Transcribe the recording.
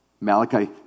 Malachi